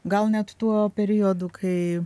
gal net tuo periodu kai